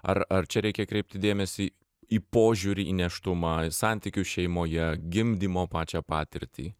ar ar čia reikia kreipti dėmesį į požiūrį į nėštumą į santykius šeimoje gimdymo pačią patirtį